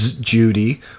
Judy